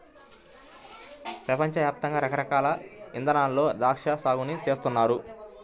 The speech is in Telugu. పెపంచ యాప్తంగా రకరకాల ఇదానాల్లో ద్రాక్షా సాగుని చేస్తున్నారు